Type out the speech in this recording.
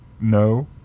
No